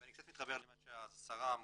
ואני קצת מתחבר למה שהשרה לשעבר